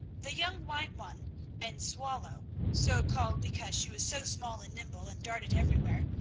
the young white one and swallow, so called because she was so small and nimble and darted everywhere,